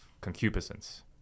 concupiscence